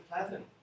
pleasant